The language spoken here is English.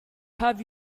have